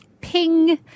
ping